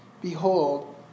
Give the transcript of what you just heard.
Behold